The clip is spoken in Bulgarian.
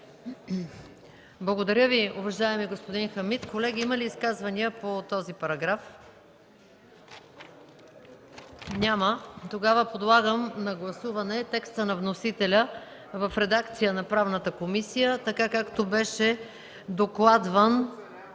Благодаря Ви, уважаеми господин Хамид. Колеги, има ли изказвания по този параграф? Няма. Подлагам на гласуване текста на вносителя в редакцията на Правната комисия, както беше докладван